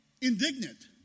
indignant